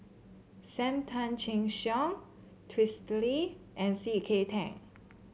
Sam Tan Chin Siong and C K Tan